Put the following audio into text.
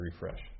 refresh